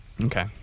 Okay